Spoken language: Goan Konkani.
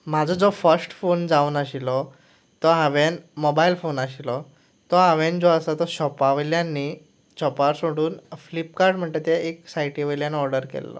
म्हजो जो फस्ट फोन जावन आशिल्लो तो हांवें मोबायल फोन आशिल्लो तो हांवें जो आसा तो शॉपा वयल्यान न्ही शॉपार सोडून फिल्पकार्ट म्हणटा तें एक सायटी वयल्यान ओर्डर केल्लो